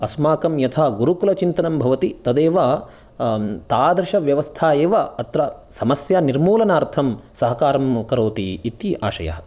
अस्माकं यथा गुरुकुलचिन्तनं भवति तदेव तादृश व्यवस्था एव अत्र समस्यानिर्मूलनार्थं सहकारं करोति इति आशयः